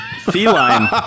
Feline